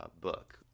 book